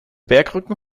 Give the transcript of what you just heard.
bergrücken